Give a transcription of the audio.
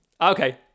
Okay